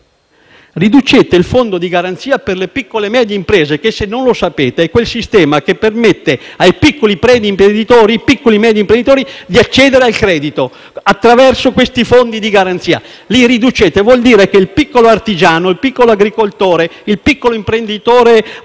Riducete il fondo di garanzia per le piccole e medie imprese che, se non lo sapete, è quel sistema che permette ai piccoli e medi imprenditori di accedere al credito. Ciò vuol dire che il piccolo artigiano, il piccolo agricoltore e il piccolo imprenditore